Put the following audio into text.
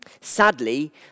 Sadly